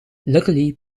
luckily